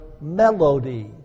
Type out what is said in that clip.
melody